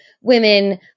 women